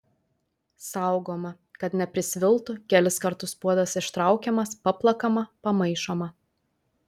saugoma kad neprisviltų kelis kartus puodas ištraukiamas paplakama pamaišoma